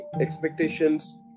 expectations